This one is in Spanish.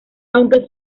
aunque